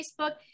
Facebook